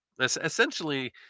Essentially